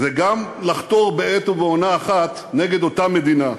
וגם לחתור בעת ובעונה אחת נגד אותה מדינה.